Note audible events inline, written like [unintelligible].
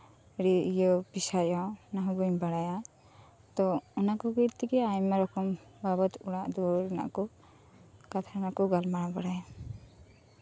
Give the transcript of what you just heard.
ᱨᱤᱫ ᱯᱮᱥᱟᱭᱚᱜᱼᱟ ᱚᱱᱟ ᱦᱚᱸ ᱵᱟᱹᱧ ᱵᱟᱲᱟᱭᱟ ᱛᱚ ᱚᱱᱟ ᱠᱚᱜᱮ ᱛᱮᱜᱮ ᱟᱭᱢᱟ ᱨᱚᱠᱚᱢ [unintelligible] ᱵᱟᱵᱚᱫ ᱚᱲᱟᱜ ᱫᱩᱣᱟᱹᱨ ᱨᱮᱱᱟᱜ ᱠᱚ ᱠᱟᱛᱷᱟ ᱨᱮᱱᱟᱜ ᱠᱚ ᱜᱟᱞᱢᱟᱨᱟᱣ ᱵᱟᱲᱟᱭᱟ